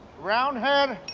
round head.